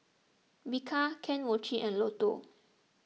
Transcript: Bika Kane Mochi and Lotto